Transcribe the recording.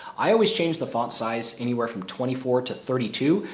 i always change the font size anywhere from twenty four to thirty two,